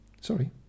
Sorry